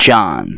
John